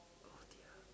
oh dear